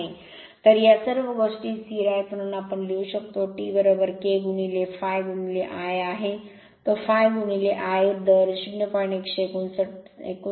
तर T या सर्व गोष्टी स्थिर आहेत म्हणून आम्ही लिहू शकतो T K ∅ I आहे तो ∅ Ia दर 0